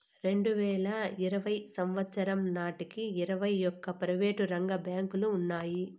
రెండువేల ఇరవై సంవచ్చరం నాటికి ఇరవై ఒక్క ప్రైవేటు రంగ బ్యాంకులు ఉన్నాయి